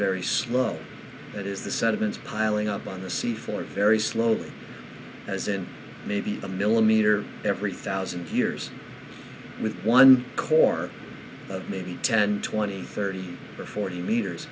very slow it is the sediments piling up on the sea floor very slowly as in maybe a millimeter every thousand years with one core of maybe ten twenty thirty or forty meters